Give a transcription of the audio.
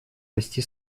расти